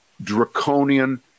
draconian